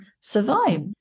survive